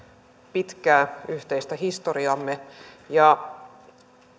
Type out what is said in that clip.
pitkää yhteistä historiaamme ja